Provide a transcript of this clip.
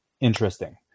interesting